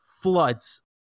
floods